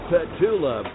Petula